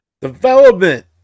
development